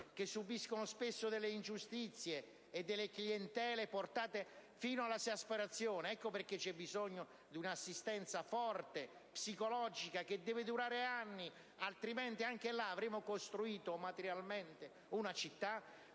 che subiscono spesso ingiustizie e forme di clientelismo fino all'esasperazione. Per questo c'è bisogno di un'assistenza forte, psicologica, che deve durare anni: altrimenti, avremo costruito materialmente una città,